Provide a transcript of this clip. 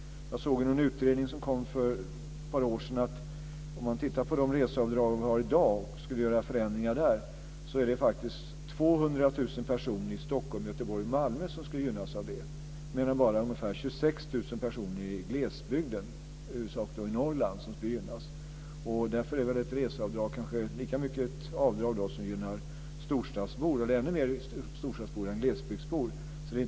Utifrån en utredning som kom för ett par år sedan är det faktiskt så, när det gäller de reseavdrag som vi i dag har och om vi skulle göra förändringar där, att 200 000 personer i Stockholm, Göteborg och Malmö skulle gynnas. Däremot skulle bara ungefär 26 000 personer i glesbygden, huvudsakligen i Norrland, gynnas. Därför är väl ett reseavdrag lika mycket ett avdrag som gynnar storstadsbor. Ja, kanske gynnar det storstadsbor ännu mer än det gynnar glesbygdsbor.